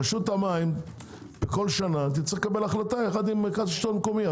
רשות המים כל שנה צריכה לקבל החלטה יחד עם המרכז לשלטון מקומי,